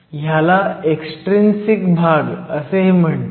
ह्याला एक्सट्रिंसिक भाग असेही म्हणतात